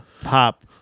pop